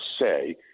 say